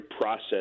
process